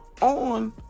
on